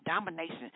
Domination